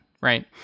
Right